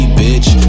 bitch